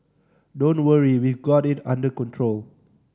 don't worry we've got it under control